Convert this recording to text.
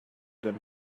than